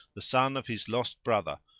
the son of his lost brother,